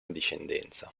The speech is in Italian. discendenza